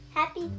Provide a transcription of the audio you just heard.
Happy